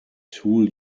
tool